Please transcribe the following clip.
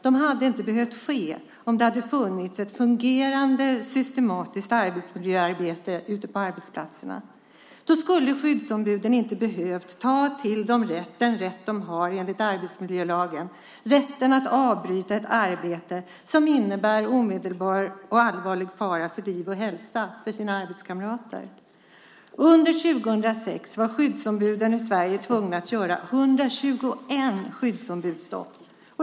De hade inte behövt inträffa om det funnits ett fungerande och systematiskt arbetsmiljöarbete på arbetsplatserna. Då skulle skyddsombuden inte ha behövt ta till den rätt som de enligt arbetsmiljölagen har, nämligen rätten att avbryta ett arbete som innebär omedelbar och allvarlig fara för liv och hälsa för arbetskamraterna. Under 2006 var skyddsombuden i Sverige tvungna att göra 121 skyddsombudsstopp.